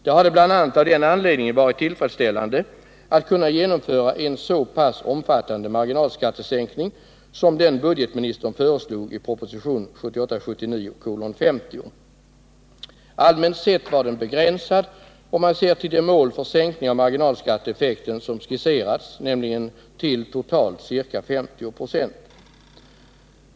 Det hade bl.a. av den anledningen varit tillfredsställande att kunna genomföra en så pass omfattande marginalskattesänkning som den budgetministern föreslog i propositionen 1977/78:50. Allmänt sett var den dock begränsad, om man ser till det mål för sänkning av marginalskatteeffekten som skisserats, nämligen till totalt ca 50 96.